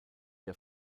der